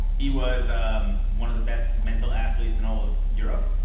he was um one of the best mental athletes in all of europe,